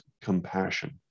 compassion